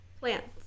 Plants